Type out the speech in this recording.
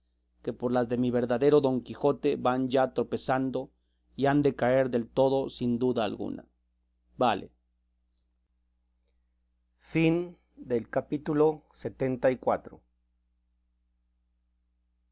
que por las de mi verdadero don quijote van ya tropezando y han de caer del todo sin duda alguna vale fin end of